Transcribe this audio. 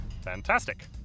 fantastic